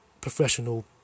professional